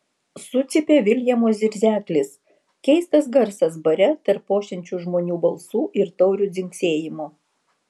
sucypė viljamo zirzeklis keistas garsas bare tarp ošiančių žmonių balsų ir taurių dzingsėjimo